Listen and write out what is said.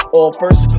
offers